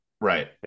Right